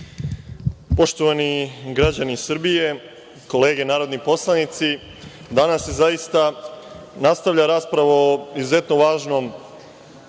Poštovani građani Srbije, kolege narodni poslanici, danas se nastavlja rasprava o izuzetno važnom